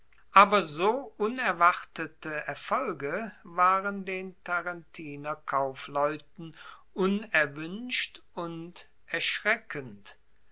aber so unerwartete erfolge waren den tarentiner kaufleuten unerwuenscht und erschreckend